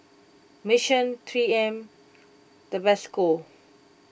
Mission three M Tabasco